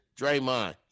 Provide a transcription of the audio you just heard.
Draymond